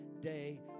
day